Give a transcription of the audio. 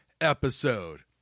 episode